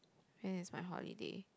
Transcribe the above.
when is my holiday